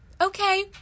Okay